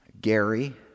Gary